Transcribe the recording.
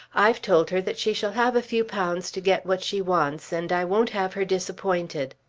i've told her that she shall have a few pounds to get what she wants, and i won't have her disappointed.